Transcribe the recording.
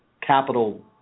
capital